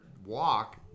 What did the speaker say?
walk